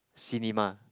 cinema